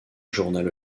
journal